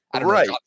right